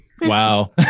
wow